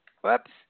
whoops